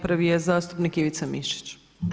Prvi je zastupnik Ivica Mišić.